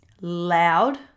loud